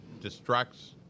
distracts